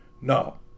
No